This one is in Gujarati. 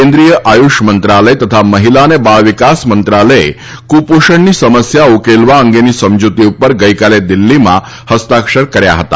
કેન્દ્રીય આયુષ મંત્રાલય તથા મહિલા અને બાળવિકાસ મંત્રાલયે ક્રપોષણની સમસ્યા ઉકેલવા અંગેની સમજૂતી ઉપર ગઈકાલે દિલ્હીમાં હસ્તાક્ષર કર્યા હતા